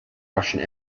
russian